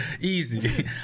easy